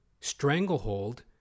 stranglehold